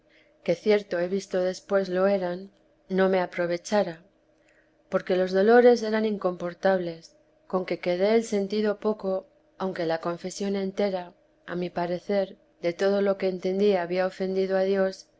que cierto he visto después lo eran no me aprove vida de la santa madre chara porque los dolores eran incomportables con que quedé el sentido poco aunque la confesión entera a mi parecer de todo lo que entendí había ofendido a dios